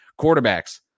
Quarterbacks